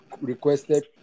requested